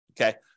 okay